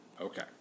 Okay